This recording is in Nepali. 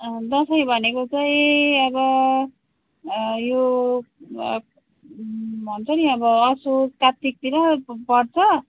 दसैँ भनेको चाहिँ अब यो भन्छ नि अब असोज कात्तिकतिर पर्छ